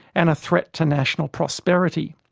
and a threat to national prosperity.